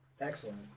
Excellent